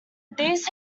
these